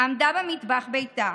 עמדה במטבח ביתה